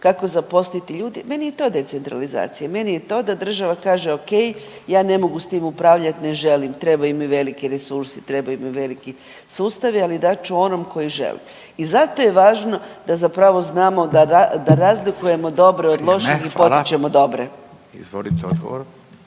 kako zaposliti ljude meni je to decentralizacija, meni je to da država kaže ok ja ne mogu s tim upravljat, ne želim trebaju mi veliki resursi, trebaju mi veliki sustavi, ali dat ću onom koji želi. I zato je važno da zapravo znamo da razlikujemo dobro od lošeg …/Upadica: Vrijeme,